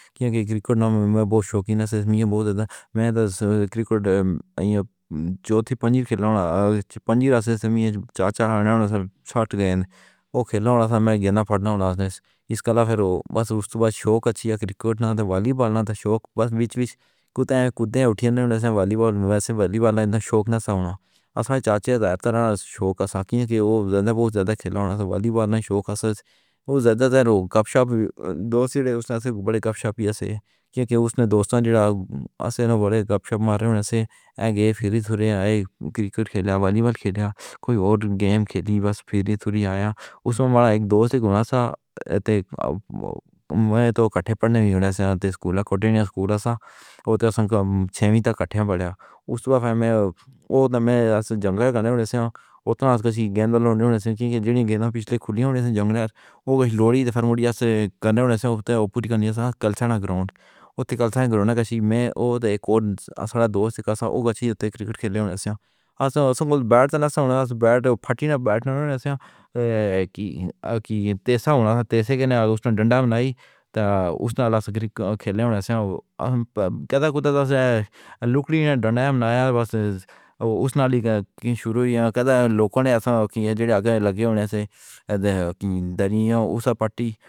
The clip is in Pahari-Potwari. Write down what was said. کیوں کہ کرکٹ وچ بہت شوقین۔ ایسے میاں بہت زیادہ میں تاں کرکٹر ایو جو تھی پنج کھیڈݨ والی پنج۔ رات توں چاچا نے چھیٹھ گیند او کھیڈ رہیا تھا۔ میں گیند پھاڑنا ایس کلا پھر بس اوہ وقت شوق ہے کرکٹ ناتھ والی۔ بولنا تاں شوق بس وچ وچ کتے کُدے اٹھے نا والی بال والے توں والی بال نہ شوق نا ہووݨ آسان چاچا۔ داریڈری شوق دی کہ او بہت زیادہ کھیڈ رہیا تھا۔ والی بال نہ شوق ہو جاندا ہے۔ لوک گپ شپ دوست اس نے وڈے گپ شپ ہی ایسے کیوں کہ اس نے دوستاں جیڑھا ایسے وڈے گپ شپ مارے ایسے اے گئے۔ پھر تھوڑی آئی کرکٹ کھیڈا۔ والی بال کھیڈا کوئی تے گیم کھیلی۔ بس پھر تھوڑی آیا۔ اس وچ ساڈا اک دوست ہویا تھا۔ اَتے تاں کٹھے پڑھݨ توں سکول کوٹینیا سکول توں چھیویں تک کٹھا پڑھا اس بار وچ۔ اوہ میں جنگل دا نام سݨیا ہوندا ہے۔ گیند لیاوݨ توں کہ گیند پچھلے کھلی ہووݨ توں جنگل۔ لوہڑی فرماؤں تھا۔ گندے توں پوری کَنیا سنستھا دا گراؤنڈ اُتھے کل سنگرام نے کہا کہ میں تے اک تے دوست دا سا اُگتی ہے۔ ٹیک کرکٹ کھیڈے ہون ایسا بیٹ توں نہ ہووݨ یا پھٹی نہ بیٹݨ توں۔ ایہ کی کی ایسا ہووݨ، ایسے کرنا ڈنڈا مِلائی تاں اس وچ کھیڈݨ ہو کیا کردا تھا لُکڑی۔ ڈنڈا بݨایا بس اس نالی دی شروعیہ دے لوکاں نے دی اگے لگے ہووݨ توں دریا پاٹی۔